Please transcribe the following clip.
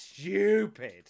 stupid